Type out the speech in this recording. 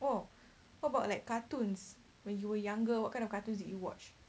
oh what about like cartoons when you were younger what kind of cartoons did you watch